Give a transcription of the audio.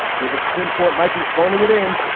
the the supreme court might be phoning it in.